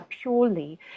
purely